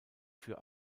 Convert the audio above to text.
für